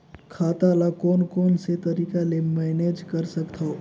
खाता ल कौन कौन से तरीका ले मैनेज कर सकथव?